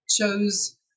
chose